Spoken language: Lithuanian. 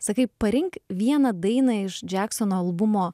sakai parink vieną dainą iš džeksono albumo